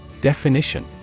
Definition